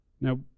Now